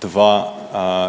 2,